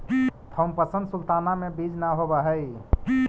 Thompson sultana में बीज न होवऽ हई